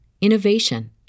innovation